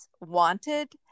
wanted